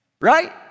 Right